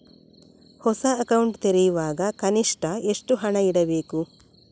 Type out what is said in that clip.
ಹೊಸ ಅಕೌಂಟ್ ತೆರೆಯುವಾಗ ಕನಿಷ್ಠ ಎಷ್ಟು ಹಣ ಇಡಬೇಕು?